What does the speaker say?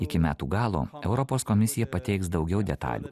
iki metų galo europos komisija pateiks daugiau detalių